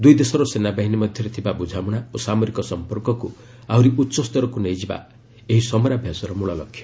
ଦୁଇ ଦେଶର ସେନାବାହିନୀ ମଧ୍ୟରେ ଥିବା ବୃଝାମଣା ଓ ସାମରିକ ସମ୍ପର୍କକ୍ ଆହରି ଉଚ୍ଚସ୍ତରକ୍ତ ନେଇଯିବା ଏହି ସମରାଭ୍ୟାସର ମିଳ ଲକ୍ଷ୍ୟ